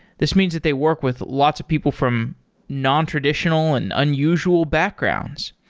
this means that they work with lots of people from nontraditional and unusual backgrounds.